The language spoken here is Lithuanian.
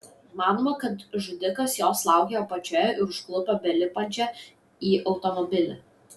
manoma kad žudikas jos laukė apačioje ir užklupo belipančią į automobilį